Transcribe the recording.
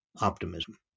optimism